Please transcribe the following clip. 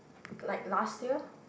like last year